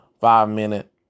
five-minute